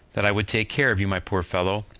that i would take care of you, my poor fellow